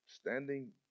standing